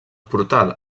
portal